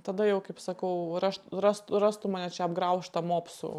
tada jau kaip sakau rašt rast rastų mane čia apgraužtą mopsų